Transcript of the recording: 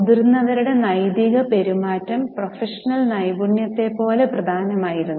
മുതിർന്നവരുടെ നൈതിക പെരുമാറ്റം പ്രൊഫഷണൽ നൈപുണ്യത്തെ പോലെ പ്രധാനമായിരുന്നു